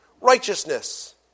righteousness